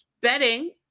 betting